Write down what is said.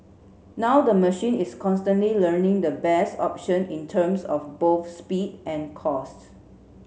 now the machine is constantly learning the best option in terms of both speed and cost